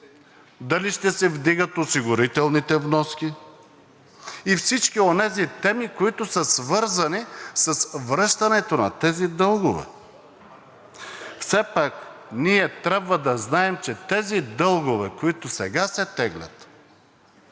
дали ще се вдигат осигурителните вноски и всички онези теми, които са свързани с връщането на тези дългове. Все пак ние трябва да знаем, че тези дългове, които сега се теглят,